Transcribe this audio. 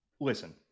listen